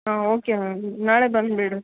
ಹಾಂ okay ma'am ನಾಳೆ ಬಂದುಬಿಡಿ